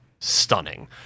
stunning